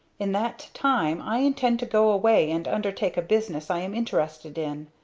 in that time i intend to go away and undertake a business i am interested in.